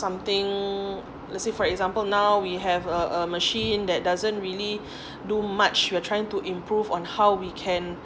something let's say for example now we have a a machine that doesn't really do much we're trying to improve on how we can